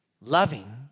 loving